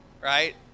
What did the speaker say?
right